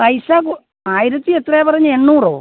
പൈസ ആയിരത്തി എത്രയാ പറഞ്ഞത് എണ്ണൂറോ